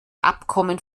abkommen